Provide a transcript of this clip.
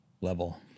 level